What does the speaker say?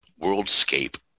worldscape